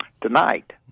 Tonight